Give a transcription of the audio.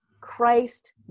Christ